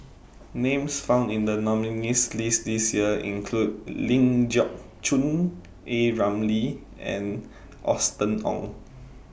Names found in The nominees' list This Year include Ling Geok Choon A Ramli and Austen Ong